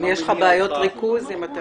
אם יש לך בעיות ריכוז, אם אתה